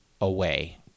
away